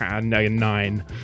Nine